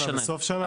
לא משנה,